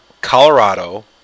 Colorado